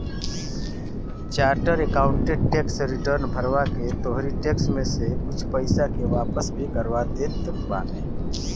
charter accountant tax return भरवा के तोहरी टेक्स में से कुछ पईसा के वापस भी करवा देत बाने